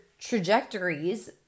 trajectories